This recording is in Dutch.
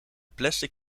plastic